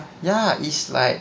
ya is like